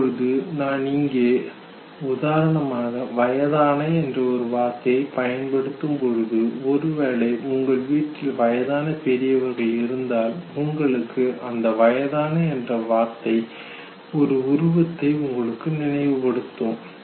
இப்பொழுது நான் இங்கே உதாரணமாக வயதான என்ற ஒரு வார்த்தையை பயன்படுத்தும் போது ஒருவேளை உங்கள் வீட்டில் வயதான பெரியவர்கள் இருந்தால் உங்களுக்கு அந்த வயதான என்ற வார்த்தை ஒரு உருவத்தை உங்களுக்கு நினைவு படுத்தும்